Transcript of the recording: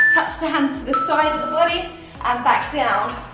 touch the hands to the side of the body and back down.